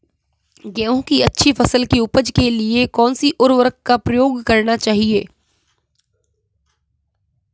गेहूँ की अच्छी फसल की उपज के लिए कौनसी उर्वरक का प्रयोग करना चाहिए?